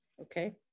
okay